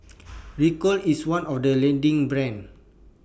Ricola IS one of The leading brands